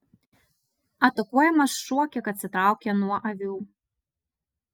atakuojamas šuo kiek atsitraukė nuo avių